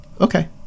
okay